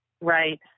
Right